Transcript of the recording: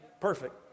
perfect